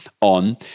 on